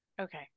Okay